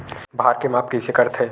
भार के माप कइसे करथे?